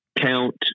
count